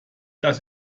das